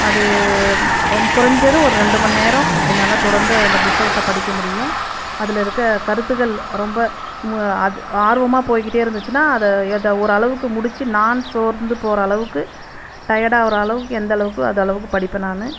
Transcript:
அது குறைஞ்சது ஒரு ரெண்டு மணி நேரம் என்னால் தொடர்ந்து அந்த புத்தகத்த படிக்க முடியும் அதில் இருக்கிற கருத்துக்கள் ரொம்ப ஆ ஆர்வமாக போய்கிட்டே இருந்துசின்னால் அதை இதை ஓரளவுக்கு முடிச்சு நான் சோர்ந்து போகிற அளவுக்கு டயர்டாகிற அளவுக்கு எந்த அளவுக்கு அந்தளவுக்கு படிப்பேன் நான்